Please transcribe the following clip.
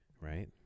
Right